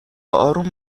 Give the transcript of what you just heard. آروم